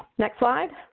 next slide.